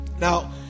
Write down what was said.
Now